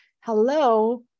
Hello